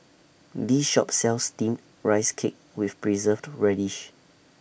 This Shop sells Steamed Rice Cake with Preserved Radish